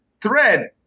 thread